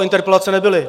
Interpelace nebyly.